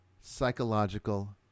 psychological